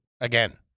Again